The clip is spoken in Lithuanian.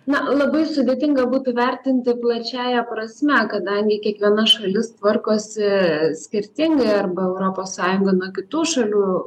na labai sudėtinga būtų vertinti plačiąja prasme kadangi kiekviena šalis tvarkosi skirtingai arba europos sąjunga nuo kitų šalių ir